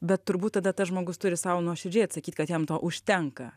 bet turbūt tada tas žmogus turi sau nuoširdžiai atsakyt kad jam to užtenka